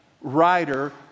writer